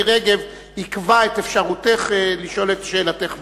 רגב עיכבה את אפשרותך לשאול את שאלתך בזמן.